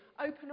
open